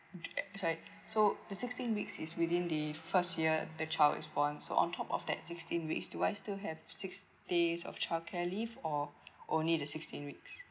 eh sorry so the sixteen weeks is within the first year the child is born so on top of that sixteen weeks do I still have six days of childcare leave or only the sixteen weeks